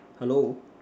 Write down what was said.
hello